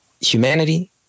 humanity